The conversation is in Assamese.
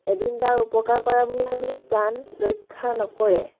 এদিন তাৰ উপকাৰ কৰা বুলি ভাবি প্ৰাণ ৰক্ষা নকৰে